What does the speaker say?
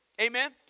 Amen